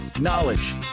knowledge